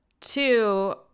Two